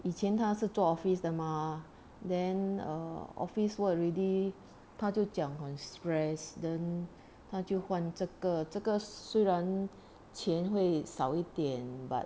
以前他是做 office 的吗 then err office worked already 他就讲很 stress then 他就换这个这个虽然钱会少一点 but